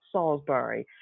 Salisbury